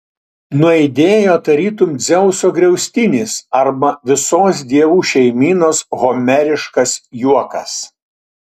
nuaidėjo tarytum dzeuso griaustinis arba visos dievų šeimynos homeriškas juokas